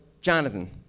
Jonathan